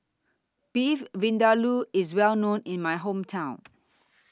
Beef Vindaloo IS Well known in My Hometown